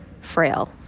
frail